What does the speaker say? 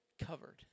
covered